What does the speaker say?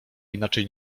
inaczej